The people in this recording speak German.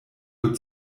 nur